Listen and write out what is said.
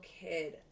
kid